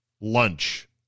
lunch